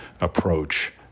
approach